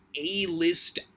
A-list